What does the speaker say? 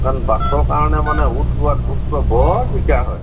কাৰণ বাছৰ কাৰণে মানে অ'ত ৰোৱা ত'ত ৰোৱা বৰ দিগদাৰ হয়